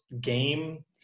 game